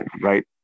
right